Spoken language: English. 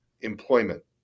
employment